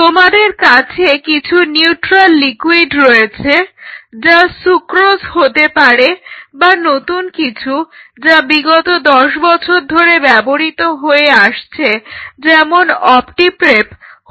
তোমাদের কাছে কিছু নিউট্রাল লিকুইড রয়েছে যা সুক্রোজ হতে পারে বা নতুন কিছু যা বিগত 10 বছর ধরে ব্যবহৃত হয়ে আসছে যেমন অপ্টি প্রেপ হতে পারে